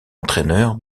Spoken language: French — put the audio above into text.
entraineur